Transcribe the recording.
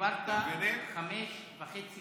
דיברת חמש וחצי דקות.